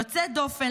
יוצא דופן,